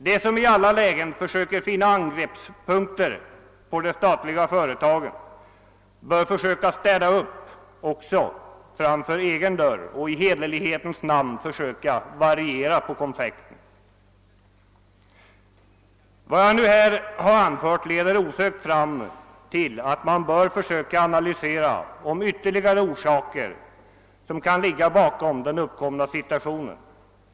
De som i alla lägen försöker finna angreppspunkter på de statliga företagen bör försöka städa upp också framför egen dörr och i hederlighetens namn försöka variera konfekten. Vad jag här anfört leder osökt till slutsatsen att man bör försöka analysera om ytterligare orsaker kan ligga bakom den uppkomna situationen.